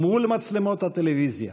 מול מצלמות הטלוויזיה,